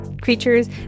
creatures